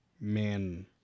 man